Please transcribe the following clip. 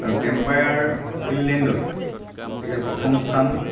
আৰু টেম্পায়াৰ ফিল্ডলেণ্ডত তেখেতে প্ৰথম স্থান